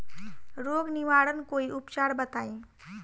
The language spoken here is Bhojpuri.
रोग निवारन कोई उपचार बताई?